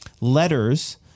letters